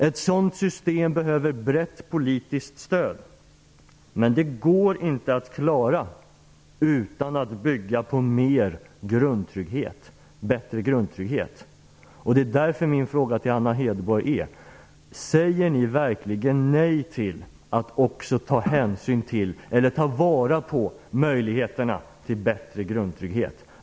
Ett sådant system behöver brett politiskt stöd, men det går inte att klara det utan att bygga på en bättre grundtrygghet, och det är därför som min fråga till Anna Hedborg är: Säger ni verkligen nej till att också ta vara på möjligheterna till en bättre grundtrygghet?